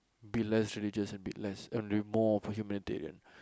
be less religious and be less and be more of a humanitarian